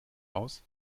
aus